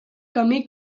camí